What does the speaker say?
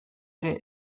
ere